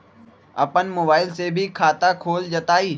अपन मोबाइल से भी खाता खोल जताईं?